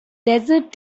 desert